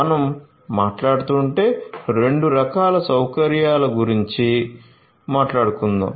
మనం మాట్లాడుతుంటే 2 రకాల సౌకర్యాల గురించి మాట్లాడుకుందాం